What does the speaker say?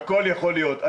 הכול יכול להיות.